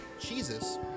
cheeses